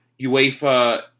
UEFA